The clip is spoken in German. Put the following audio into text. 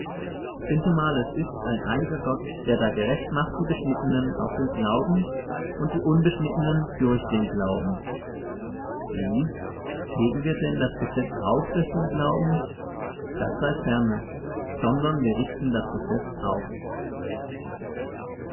sintemal es ist ein einiger gott der da gerecht macht die beschnittenen aus dem glauben und die unbeschnittenen durch den glauben wie heben wir denn das gesetz auf durch den glauben das sei ferne sondern wir richten das gesetz auf